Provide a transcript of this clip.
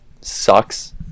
sucks